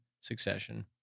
succession